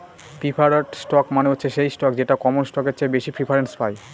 preferred stock মানে হচ্ছে সেই স্টক যেটা কমন স্টকের চেয়ে বেশি প্রিফারেন্স পায়